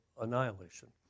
annihilation